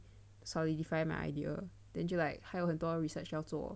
solidify my idea then 就 like 还有很多 research 要做